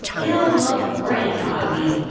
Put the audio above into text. you look great, auggie.